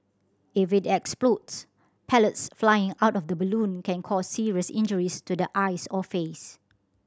if it explodes pellets flying out of the balloon can cause serious injuries to the eyes or face